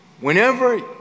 Whenever